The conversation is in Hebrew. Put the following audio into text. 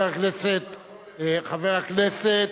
חבר הכנסת